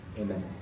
amen